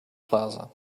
plaza